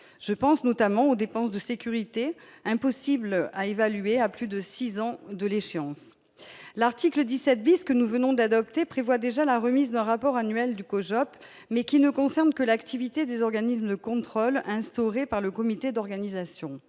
je pense notamment aux dépenses de sécurité impossible à évaluer à plus de 6 ans de l'échéance, l'article 17 bis que nous venons d'adopter prévoit déjà la remise d'un rapport annuel du COJO mais qui ne concerne que l'activité des organismes de contrôle instaurées par le comité d'organisation,